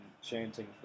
chanting